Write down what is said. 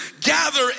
gather